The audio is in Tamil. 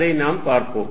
அதை நாம் பார்ப்போம்